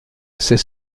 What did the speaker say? c’est